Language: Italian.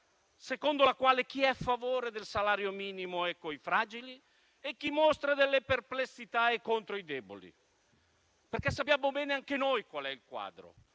secondo la quale chi è a favore del salario minimo è con i fragili e chi mostra delle perplessità è contro i deboli. Sappiamo bene infatti anche noi qual è il quadro